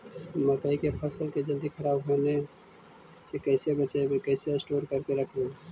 मकइ के फ़सल के जल्दी खराब होबे से कैसे बचइबै कैसे स्टोर करके रखबै?